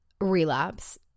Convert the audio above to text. relapse